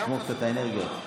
שמור קצת את האנרגיות.